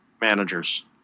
managers